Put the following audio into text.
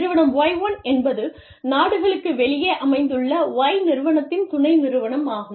நிறுவனம் Y1 என்பது நாடுகளுக்கு வெளியே அமைந்துள்ள Y நிறுவனத்தின் துணை நிறுவனமாகும்